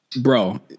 bro